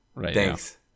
Thanks